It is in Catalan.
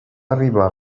arribar